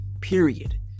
period